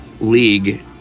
league